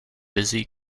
busy